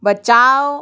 बचाओ